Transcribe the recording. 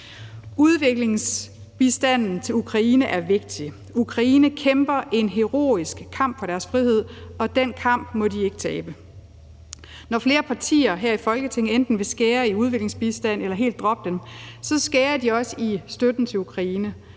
Udviklingsbistanden til Ukraine er vigtig. Ukraine kæmper en heroisk kamp for deres frihed, og den kamp må de ikke tabe. Når flere partier her i Folketinget enten vil skære i udviklingsbistanden eller helt droppe den, vil de også skære i støtten til Ukraine,